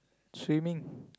swimming